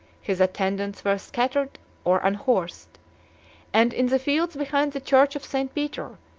his attendants were scattered or unhorsed and, in the fields behind the church of st. peter,